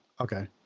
Okay